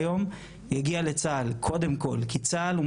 אני לצה"ל לא רוצה